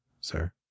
sir